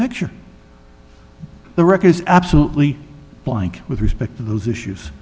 picture the record is absolutely blank with respect to those issues